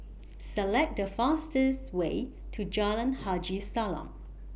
Select The fastest Way to Jalan Haji Salam